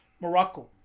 Morocco